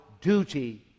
duty